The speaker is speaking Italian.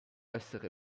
essere